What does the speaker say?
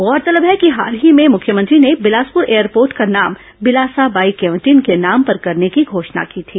गौरतलब है कि हाल ही में मुख्यमंत्री ने बिलासपुर एयरपोर्ट का नाम बिलासा बाई केंवटिन के नाम पर करने की घोषणा की थी